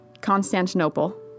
Constantinople